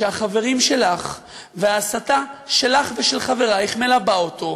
שהחברים שלך וההסתה שלך ושל חברייך מלבים אותו,